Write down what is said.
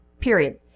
period